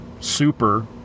super